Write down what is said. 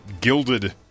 gilded